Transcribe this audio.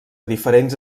diferents